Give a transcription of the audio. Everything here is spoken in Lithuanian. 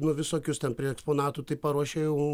nu visokius ten prie eksponatų tai paruošia jau